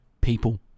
people